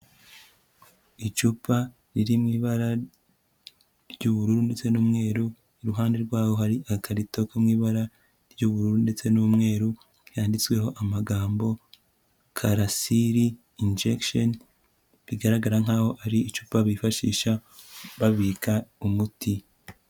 Icupa riri mu ibara ry'ubururu ndetse n'umweru, iruhande rwaho hari agakarito ko mu ibara ry'ubururu ndetse n'umweru byanditsweho amagambo "Carasil injection" bigaragara nk'aho ari icupa bifashisha babika umuti.